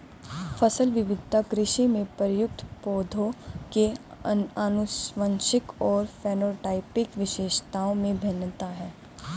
फसल विविधता कृषि में प्रयुक्त पौधों की आनुवंशिक और फेनोटाइपिक विशेषताओं में भिन्नता है